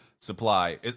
supply